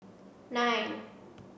nine